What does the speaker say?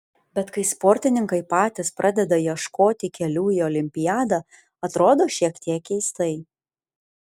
bet kai sportininkai patys pradeda ieškoti kelių į olimpiadą atrodo šiek tiek keistai